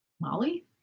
Molly